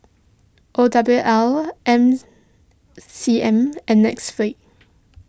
O W L M C M and Netflix